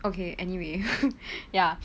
okay anyway ya